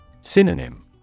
Synonym